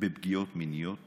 בפגיעות מיניות